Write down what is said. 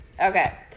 Okay